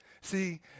See